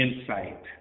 insight